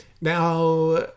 Now